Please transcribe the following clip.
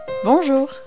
Bonjour